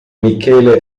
michele